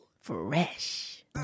Fresh